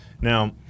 now